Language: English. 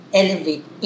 elevate